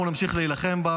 אנחנו נמשיך להילחם בה.